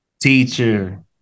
teacher